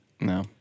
No